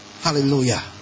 Hallelujah